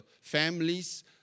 families